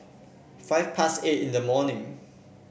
five past eight in the morning